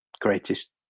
greatest